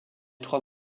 trois